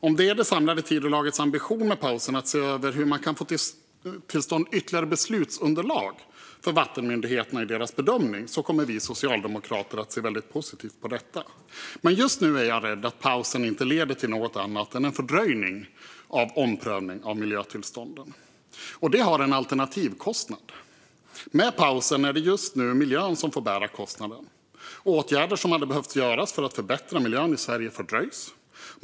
Om det samlade Tidölagets ambition med pausen är att se över hur man kan få till stånd ytterligare beslutsunderlag för vattenmyndigheterna i deras bedömning kommer vi socialdemokrater att se väldigt positivt på detta, men just nu är jag rädd att pausen inte leder till något annat än en fördröjning av omprövningen av miljötillstånden. Detta har en alternativkostnad. Med pausen är det just nu miljön som får bära kostnaden. Åtgärder som hade behövt vidtas för att förbättra miljön i Sverige fördröjs.